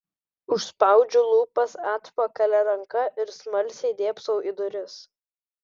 užspaudžiu lūpas atpakalia ranka ir smalsiai dėbsau į duris